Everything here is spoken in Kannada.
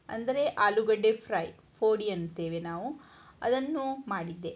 ಅಂದರೆ ಆಲೂಗಡ್ಡೆ ಫ್ರೈ ಫೋಡಿ ಅಂತೇವೆ ನಾವು ಅದನ್ನು ಮಾಡಿದ್ದೆ